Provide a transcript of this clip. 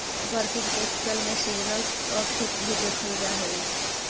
working capital में seasonal profit भी देखल जा हई